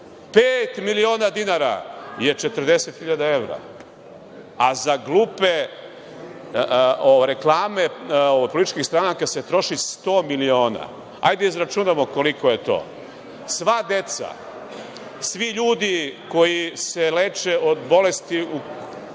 miliona dinara je 40 hiljada evra, a za glupe reklame od političkih stranaka se troši 100 miliona. Hajde da izračunamo koliko je to. Sva deca, svi ljudi koji se leče od bolesti kojima